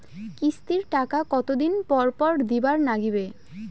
কিস্তির টাকা কতোদিন পর পর দিবার নাগিবে?